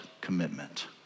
commitment